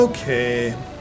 okay